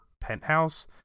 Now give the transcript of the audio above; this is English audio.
penthouse